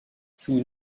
sous